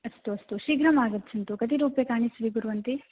अस्तु अस्तु शीघ्रमागच्छन्तु कति रूप्यकाणि स्वीकुर्वन्ति